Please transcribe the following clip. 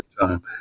time